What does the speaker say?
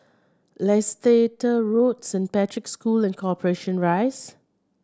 Leicester Road Saint Patrick's School and Corporation Rise